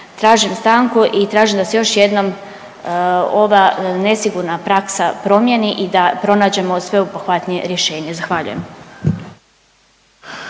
Tražim stanku i tražim da se još jednom ova nesigurna praksa promijeni i da pronađemo sveobuhvatnije rješenje, zahvaljujem.